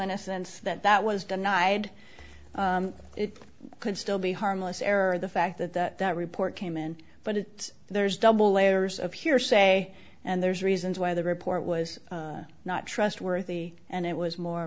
innocence that was denied it could still be harmless error the fact that that report came in but it there's double layers of hearsay and there's reasons why the report was not trustworthy and it was more